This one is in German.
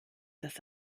das